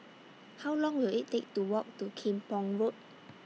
How Long Will IT Take to Walk to Kim Pong Road